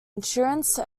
insurance